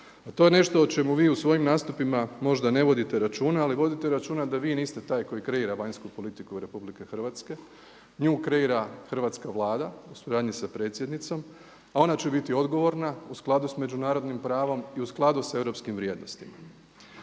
to je nešto o čemu vi u svojim nastupima možda ne vodite računa, ali vodite računa da vi niste taj koji kreira vanjsku politiku RH, nju kreira hrvatska Vlada u suradnji sa predsjednicom, a ona će biti odgovorna u skladu s međunarodnim pravom i u skladu sa europskim vrijednostima.